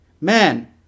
Man